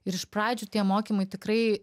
ir iš pradžių tie mokymai tikrai